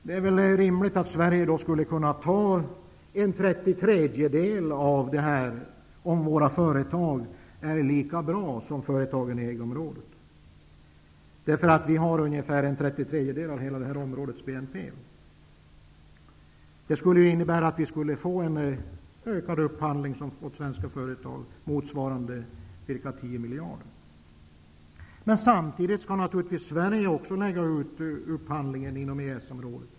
Det är då rimligt att anta att Sverige får en trettiotredjedel av detta, om våra företag är lika bra som företagen i EG-området. Vi har nämligen ungefär en trettiotredjedel av detta områdes hela BNP. Det skulle innebära att vi fick en ökad upphandling till svenska företag motsvarande ca 10 miljarder kronor. Men samtidigt skall vi i Sverige lägga ut upphandlingen inom EES-området.